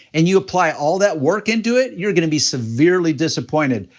and you apply all that work into it, you're gonna be severely disappointed,